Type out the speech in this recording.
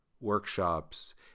workshops